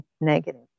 negative